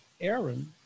Aaron